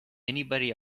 anybody